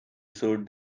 showed